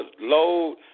load